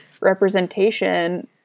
representation